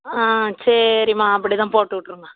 ஆ சரிம்மா அப்படித்தான் போட்டுவிட்ரும்மா